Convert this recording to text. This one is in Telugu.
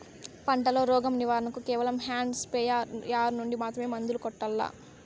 పంట లో, రోగం నివారణ కు కేవలం హ్యాండ్ స్ప్రేయార్ యార్ నుండి మాత్రమే మందులు కొట్టల్లా?